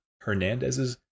Hernandez's